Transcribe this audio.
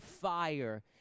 fire